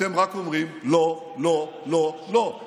אתם רק אומרים: לא, לא, לא, לא.